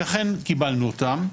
ואכן קיבלנו אותם.